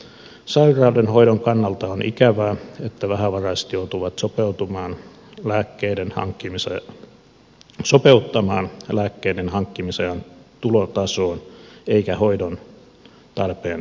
sairauden hoidon kannalta on ikävää että vähävaraiset joutuvat sopeuttamaan lääkkeiden hankkimisen tulotason eivätkä hoidon tarpeen perusteella